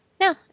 No